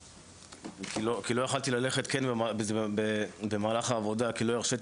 כי לא יכולתי ללכת במהלך העבודה כי לא הרשיתי